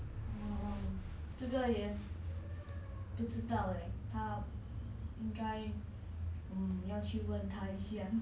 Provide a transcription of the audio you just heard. oh 这个也不知道 leh 他 mm 应该 mm 要去问他一下